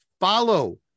follow